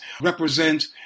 represent